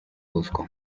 bosco